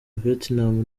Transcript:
vietnam